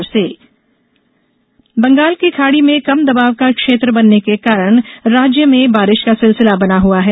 मौसम बंगाल की खाड़ी में कम दबाव का क्षेत्र बनने के कारण राज्य बारिश का सिलसिला बना हुआ है